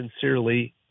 sincerely